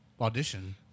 audition